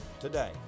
today